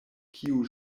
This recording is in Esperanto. kiu